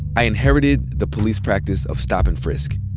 i inherited the police practice of stop and frisk.